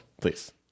Please